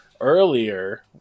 earlier